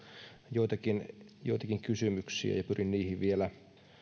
joitakin kysymyksiä ja pyrin niihin vielä